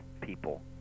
people